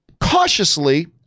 cautiously